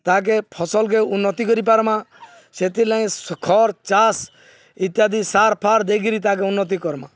ତାହାକେ ଫସଲ୍କେ ଉନ୍ନତି କରିପାର୍ମା ସେଥିର୍ଲାଗି ଖର୍ ଚାଷ୍ ଇତ୍ୟାଦି ସାର୍ ଫାର୍ ଦେଇକିରି ତାହାକେ ଉନ୍ନତି କର୍ମା